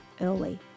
early